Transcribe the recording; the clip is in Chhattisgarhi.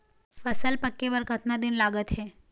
फसल पक्के बर कतना दिन लागत हे?